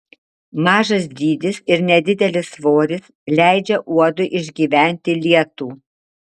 mažas dydis ir nedidelis svoris leidžia uodui išgyventi lietų